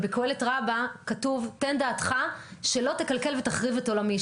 בקהלת רבה כתוב תן דעתך שלא תקלקל ותחריב את עולמי.